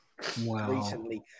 recently